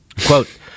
Quote